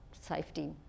safety